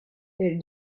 elle